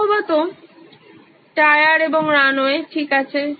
সম্ভবত টায়ার এবং রানওয়ে ঠিক আছে